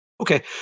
Okay